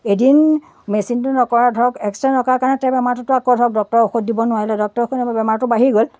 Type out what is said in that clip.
এদিন মেচিনটো নকৰে ধৰক এক্স ৰে' নকৰা কাৰণে বেমাৰটোতো আকৌ ধৰক ডক্টৰে ঔষধ দিব নোৱাৰিলে ডক্টৰ বেমাৰটো বাঢ়ি গ'ল